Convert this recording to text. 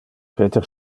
peter